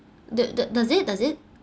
do~ do~ does it does it